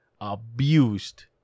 abused